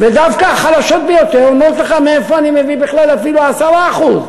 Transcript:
ודווקא החלשות ביותר אומרות לך: מאיפה אני מביא בכלל אפילו 10%?